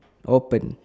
open